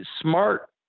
Smart